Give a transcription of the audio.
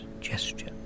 gesture